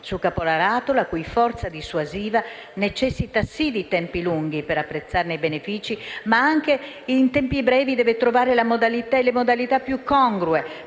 sul caporalato, la cui forza dissuasiva necessita sì di tempi lunghi per apprezzarne i benefici, ma in tempi brevi deve trovare le modalità più congrue